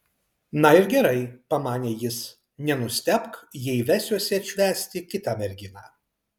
na ir gerai pamanė jis nenustebk jei vesiuosi atšvęsti kitą merginą